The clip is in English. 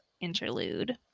interlude